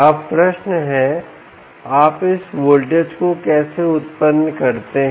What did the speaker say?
अब प्रश्न है आप इस वोल्टेज को कैसे उत्पन्न करते हैं